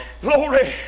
Glory